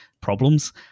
problems